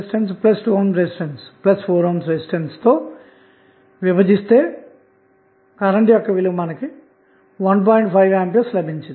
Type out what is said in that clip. కాబట్టి ఆధారితమైన సోర్స్ లు నెట్వర్క్ లో కలిగి ఉన్నప్పుడు లోడ్కు బదిలీ అయిన గరిష్ట పవర్ ని తెలుసుకోవడానికి మనము ఈ విధానాన్ని ఉపయోగిద్దాము